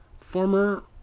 Former